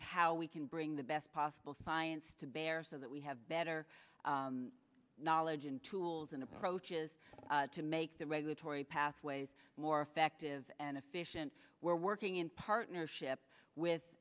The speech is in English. at how we can bring the best possible science to bear so that we have better knowledge and tools and approaches to make the regulatory pathways more effective and efficient we're working in partnership with